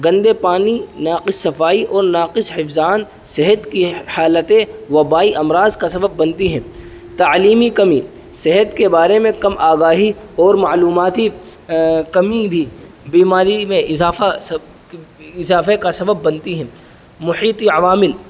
گندے پانی ناقص صفائی اور ناقص حفظان صحت کی حالتیں وبائی امراض کا سبب بنتی ہیں تعلیمی کمی صحت کے بارے میں کم آگاہی اور معلوماتی کمی بھی بیماری میں اضافہ اضافے کا سبب بنتی ہے محیطی عوامل